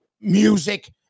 music